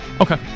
Okay